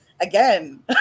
again